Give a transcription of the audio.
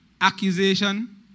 accusation